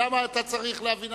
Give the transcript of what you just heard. הבנתי, למה אתה צריך להבין?